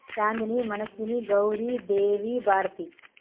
Chandini Manaswini Gauri Devi Bharati